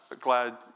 glad